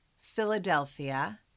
Philadelphia